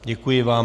Děkuji vám.